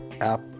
app